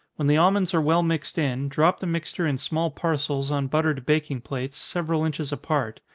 when the almonds are well mixed in, drop the mixture in small parcels on buttered baking plates, several inches apart,